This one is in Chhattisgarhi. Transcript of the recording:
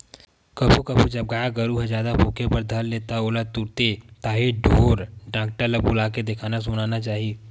कभू कभू जब गाय गरु ह जादा पोके बर धर ले त ओला तुरते ताही ढोर डॉक्टर ल बुलाके देखाना सुनाना चाही